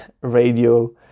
radio